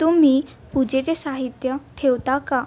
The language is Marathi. तुम्ही पूजेचे साहित्य ठेवता का